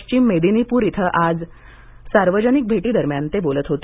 पश्विम मेदिनिपूर इथं आज सार्वजनिक भेटीदरम्यान ते बोलत होते